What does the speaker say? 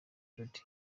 jody